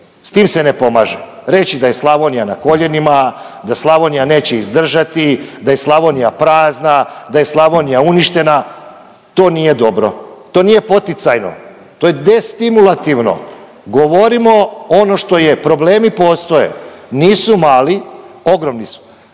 S tim se ne pomaže. Reći da je Slavonija na koljenima, da Slavonija neće izdržati, da je Slavonija prazna, da je Slavonija uništena, to nije dobro. To nije poticajno. To je destimulativno. Govorimo ono što je. Problemi postoje. Nisu mali. Ogromni su,